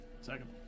Second